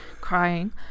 crying